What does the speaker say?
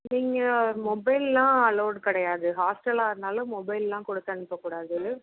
நீங்கள் மொபைலெல்லாம் அலோட் கிடையாது ஹாஸ்டலாக இருந்தாலும் மொபைலெல்லாம் கொடுத்து அனுப்பக்கூடாது